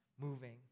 moving